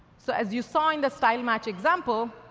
so, as you saw in the style match example,